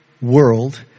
world